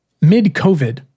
mid-COVID